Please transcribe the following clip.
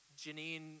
Janine